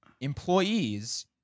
employees